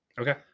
okay